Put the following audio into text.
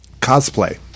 cosplay